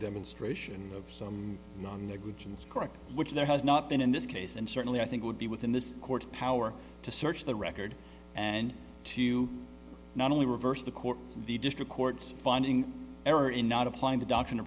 demonstration of some non negligent score of which there has not been in this case and certainly i think would be within this court power to search the record and to not only reverse the court the district court finding error in not applying the doctrine